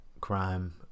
crime